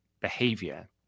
behavior